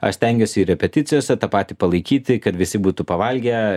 aš stengiuosi ir repeticijose tą patį palaikyti kad visi būtų pavalgę